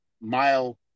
mile